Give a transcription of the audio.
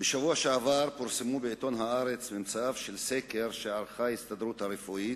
בשבוע שעבר פורסמו בעיתון "הארץ" ממצאיו של סקר שערכה ההסתדרות הרפואית.